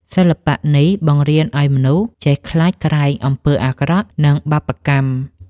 សិល្បៈនេះបង្រៀនឱ្យមនុស្សចេះខ្លាចក្រែងអំពើអាក្រក់ និងបាបកម្ម។